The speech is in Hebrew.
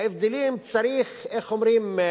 ההבדלים, צריך, איך אומרים?